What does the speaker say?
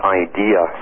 idea